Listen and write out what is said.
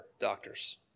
doctors